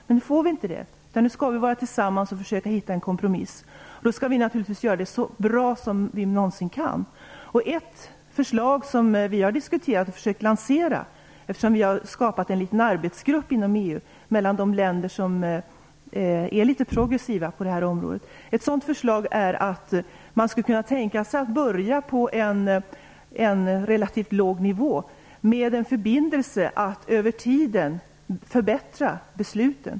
Men nu får vi inte det, utan får tillsammans försöka finna en kompromiss. Vi skall då försöka att göra det så bra som vi någonsin kan. Vi har skapat en liten arbetsgrupp inom EU mellan de länder som är litet progressiva på detta område. Ett förslag som vi har diskuterat och försökt lansera är att man skulle kunna börja på en relativt låg nivå med en förbindelse att över tiden förbättra besluten.